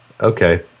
Okay